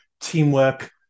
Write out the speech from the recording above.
teamwork